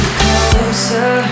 closer